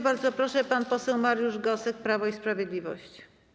Bardzo proszę, pan poseł Mariusz Gosek, Prawo i Sprawiedliwość.